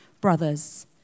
Brothers